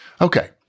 Okay